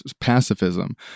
pacifism